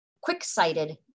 quick-sighted